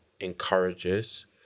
encourages